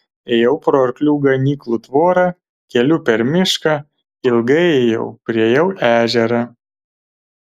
ėjau pro arklių ganyklų tvorą keliu per mišką ilgai ėjau priėjau ežerą